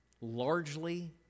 largely